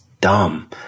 dumb